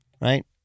Right